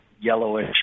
yellowish